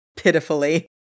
pitifully